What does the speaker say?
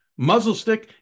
Muzzlestick